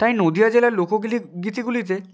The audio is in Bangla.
তাই নদীয়া জেলার লোকগীলি গীতিগুলিতে